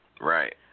Right